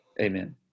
Amen